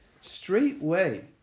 Straightway